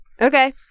Okay